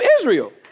Israel